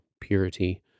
purity